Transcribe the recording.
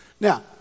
Now